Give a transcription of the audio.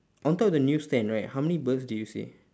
on top of the news stand right how many birds do you say